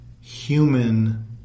human